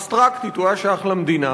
האבסטרקטית הוא היה שייך למדינה,